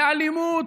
לאלימות,